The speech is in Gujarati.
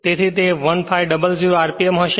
તેથી તે 1500 RMP હશે